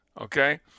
okay